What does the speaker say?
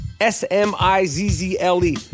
S-M-I-Z-Z-L-E